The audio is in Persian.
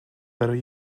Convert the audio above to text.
برای